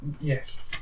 Yes